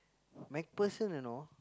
MacPherson know